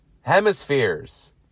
Hemispheres